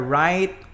right